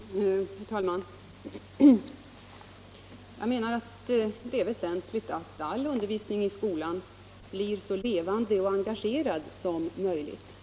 Herr talman! Jag menar att det är väsentligt att all undervisning i skolan blir så levande och engagerad som möjligt.